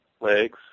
legs